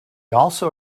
also